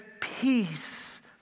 peace